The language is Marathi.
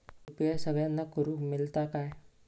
यू.पी.आय सगळ्यांना करुक मेलता काय?